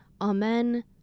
Amen